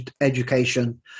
education